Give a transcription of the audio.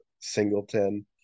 Singleton